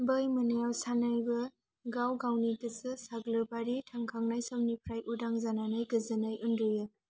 बै मोनायाव सानैबो गाव गावनि गोसो साग्लोबारि थांखांनाय समनिफ्राय उदां जानानै गोजोनै उन्दुयो